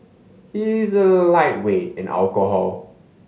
he is a lightweight in alcohol